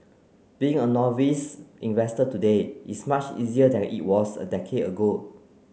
being a novice investor today is much easier than it was a decade ago